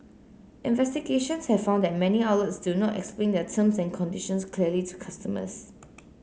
investigations have found that many outlets do not explain their terms and conditions clearly to customers